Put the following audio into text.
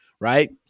Right